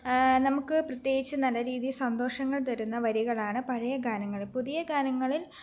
നമുക്ക് പ്രത്യേകിച്ച് നല്ല രീതിയിൽ സന്തോഷങ്ങൾ തരുന്ന വരികളാണ് പഴയ ഗാനങ്ങൾ പുതിയ ഗാനങ്ങളിൽ